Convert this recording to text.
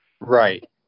Right